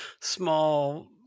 small